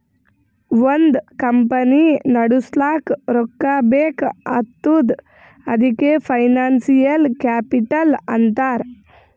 ಒಂದ್ ಕಂಪನಿ ನಡುಸ್ಲಾಕ್ ರೊಕ್ಕಾ ಬೇಕ್ ಆತ್ತುದ್ ಅದಕೆ ಫೈನಾನ್ಸಿಯಲ್ ಕ್ಯಾಪಿಟಲ್ ಅಂತಾರ್